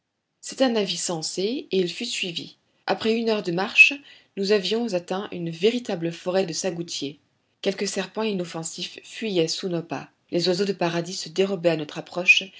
c'était un avis sensé et il fut suivi après une heure de marche nous avions atteint une véritable forêt de sagoutiers quelques serpents inoffensifs fuyaient sous nos pas les oiseaux de paradis se dérobaient à notre approche